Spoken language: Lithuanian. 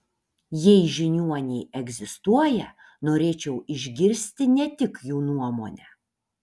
jeigu žiniuoniai egzistuoja norėčiau išgirsti ne tik jų nuomonę